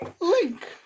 Link